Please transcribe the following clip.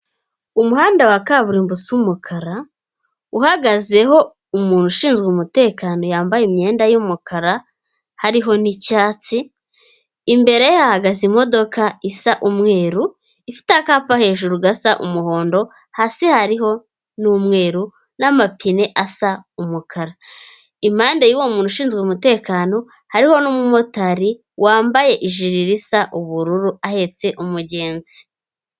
Umuhanda wa kaburimbo si umukara, uhagazeho umuntu ushinzwe umutekano yambaye imyenda yumukara, hariho n'icyatsi. Imbere hahagaze imodoka isa umweru, ifite akapa hejuru gasa umuhondo, hasi hariho n'umweru, namapine asa umukara. Impande y'uwo muntu ushinzwe umutekano hariho n'umumotari wambaye iji risa ubururu, ahetse umugenzi.